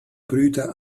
brüder